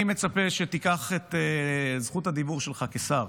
אני מצפה שתיקח את זכות הדיבור שלך כשר.